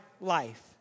life